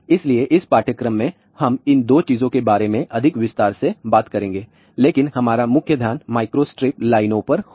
इसलिए इस पाठ्यक्रम में हम इन दो चीजों के बारे में अधिक विस्तार से बात करेंगे लेकिन हमारा मुख्य ध्यान माइक्रोस्ट्रिप लाइनों पर होगा